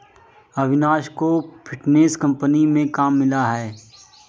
अविनाश को fintech company में काम मिला है